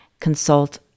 consult